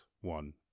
one